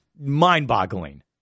Mind-boggling